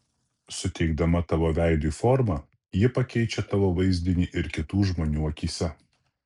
suteikdama tavo veidui formą ji pakeičia tavo vaizdinį ir kitų žmonių akyse